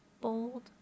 bold